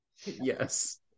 Yes